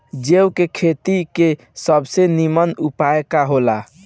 जौ के खेती के सबसे नीमन उपाय का हो ला?